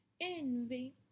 Envy